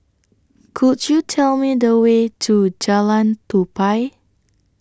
Could YOU Tell Me The Way to Jalan Tupai